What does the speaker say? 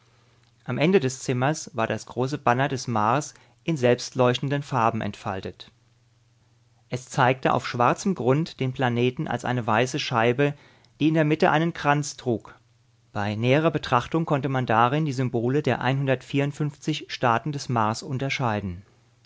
am ende des zimmers war das große banner des mars in selbstleuchtenden farben entfaltet es zeigte auf schwarzem grund den planeten als eine weiße scheibe die in der mitte einen kranz trug bei näherer betrachtung konnte man darin die symbole der staaten des mars unterscheiden